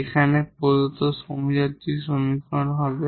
এখানে প্রদত্ত হোমোজিনিয়াস সমীকরণ হবে